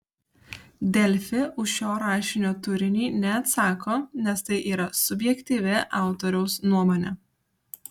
delfi už šio rašinio turinį neatsako nes tai yra subjektyvi autoriaus nuomonė